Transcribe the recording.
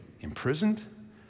imprisoned